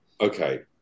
okay